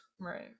Right